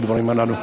בדברים הללו.